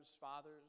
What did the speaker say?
fathers